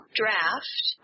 draft